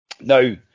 Now